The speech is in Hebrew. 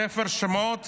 בספר שמות